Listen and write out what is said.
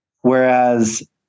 Whereas